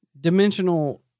dimensional